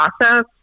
process